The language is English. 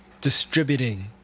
distributing